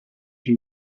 you